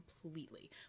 completely